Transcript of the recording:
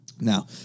Now